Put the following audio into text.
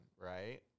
right